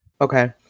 Okay